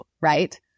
right